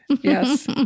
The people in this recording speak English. Yes